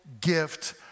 gift